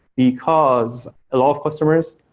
because a lot of customers,